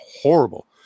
horrible